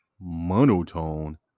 monotone